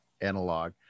analog